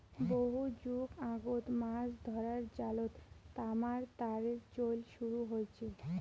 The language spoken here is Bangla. বহু যুগ আগত মাছ ধরার জালত তামার তারের চইল শুরু হইচে